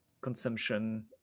consumption